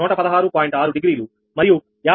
6 degree మరియు 58